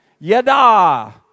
Yada